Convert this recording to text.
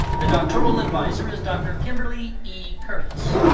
the doctoral adviser is dr. kimberly e. curtis.